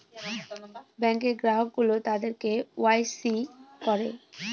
ব্যাঙ্কে গ্রাহক গুলো তাদের কে ওয়াই সি করে